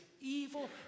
evil